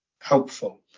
helpful